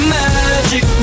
magic